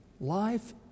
Life